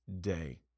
day